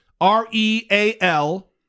R-E-A-L